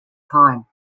time